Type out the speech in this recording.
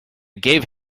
gave